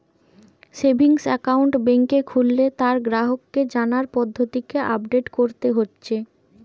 savings account বেংকে খুললে তার গ্রাহককে জানার পদ্ধতিকে আপডেট কোরতে হচ্ছে